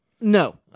No